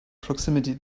proximity